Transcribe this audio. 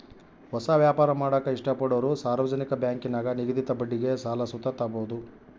ಹೊಸ ವ್ಯಾಪಾರ ಮಾಡಾಕ ಇಷ್ಟಪಡೋರು ಸಾರ್ವಜನಿಕ ಬ್ಯಾಂಕಿನಾಗ ನಿಗದಿತ ಬಡ್ಡಿಗೆ ಸಾಲ ಸುತ ತಾಬೋದು